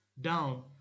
down